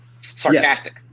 sarcastic